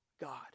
God